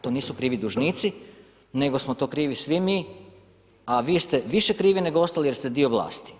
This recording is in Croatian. To nisu krivi dužnici, nego smo to krivi svi mi a vi ste više krivi nego ostali jer ste dio vlasti.